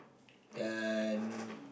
and